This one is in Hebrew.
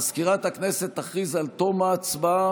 מזכירת הכנסת תכריז על תום ההצבעה,